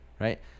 right